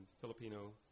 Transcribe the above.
Filipino